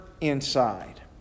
inside